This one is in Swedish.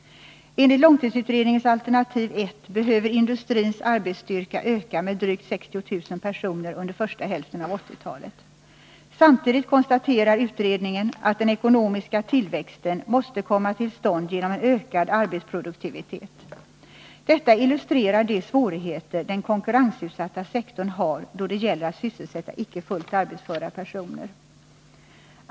Enligt långtidsutredningens alternativ 1 behöver industrins arbetsstyrka öka med drygt 60 000 personer under första hälften av 1980-talet. Samtidigt konstaterar utredningen att den ekonomiska tillväxten måste komma till stånd genom en ökad arbetsproduktivitet. Detta illustrerar de svårigheter den konkurrensutsatta sektorn har då det gäller att sysselsätta icke fullt arbetsföra personer.